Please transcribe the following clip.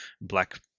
black